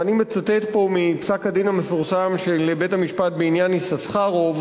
ואני מצטט מפסק-הדין המפורסם של בית-המשפט בעניין יששכרוב,